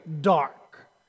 dark